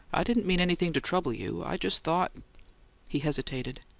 i didn't mean anything to trouble you. i just thought he hesitated.